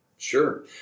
Sure